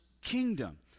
kingdom